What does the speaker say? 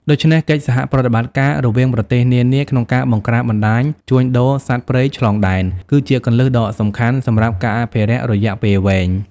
ដូច្នេះ កិច្ចសហប្រតិបត្តិការរវាងប្រទេសនានា ក្នុងការ បង្ក្រាបបណ្តាញជួញដូរសត្វព្រៃឆ្លងដែន គឺជាគន្លឹះដ៏សំខាន់សម្រាប់ការអភិរក្សរយៈពេលវែង។